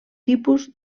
tipus